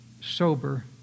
sober